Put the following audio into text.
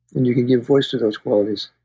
and you can give voice to those qualities